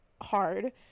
hard